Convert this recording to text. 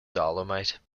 dolomite